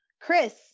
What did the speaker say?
chris